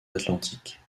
atlantiques